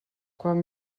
quan